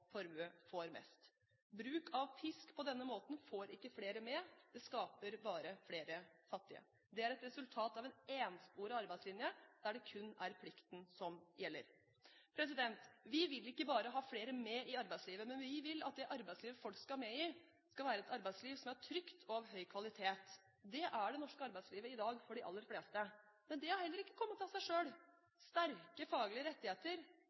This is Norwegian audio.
formue får mest. Bruk av pisk på denne måten får ikke flere med. Det skaper bare flere fattige. Det er et resultat av en ensporet arbeidslinje der det kun er plikten som gjelder. Vi vil ikke bare ha flere med i arbeidslivet. Vi vil at det arbeidslivet som folk skal med i, skal være et arbeidsliv som er trygt, og som har høy kvalitet. Det er det norske arbeidslivet i dag for de aller fleste. Det har heller ikke kommet av seg selv. Sterke faglige rettigheter,